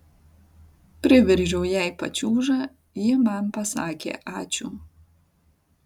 priveržiau jai pačiūžą ji man pasakė ačiū